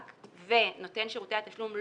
פוגעות בעסקים הקטנים,